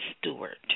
Stewart